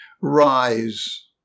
Rise